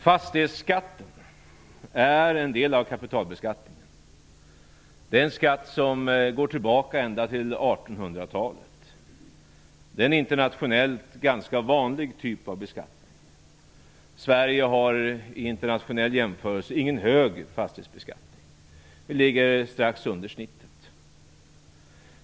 Fastighetsskatten är en del av kapitalbeskattningen. Det är en skatt som går tillbaka ända till 1800 talet. Det är en internationellt ganska vanlig typ av beskattning. Sverige har i internationell jämförelse ingen hög fastighetsskatt. Vi ligger strax under snittet.